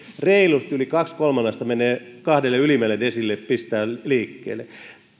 reilusti yli kaksi kolmannesta menee kahdelle ylimmälle desiilille pistää liikkeelle